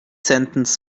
sentence